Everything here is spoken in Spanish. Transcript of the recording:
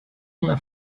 una